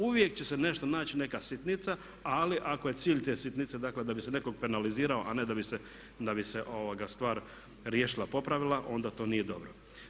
Uvijek će se nešto naći, neka sitnica, ali ako je cilj te sitnice dakle da bi se nekog penaliziralo a ne da bi se stvar riješila, popravila onda to nije dobro.